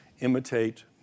Imitate